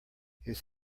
his